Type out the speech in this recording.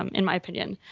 um in my opinion.